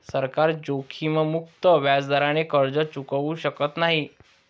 सरकार जोखीममुक्त व्याजदराने कर्ज चुकवू शकत नाही